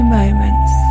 moments